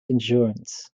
insurance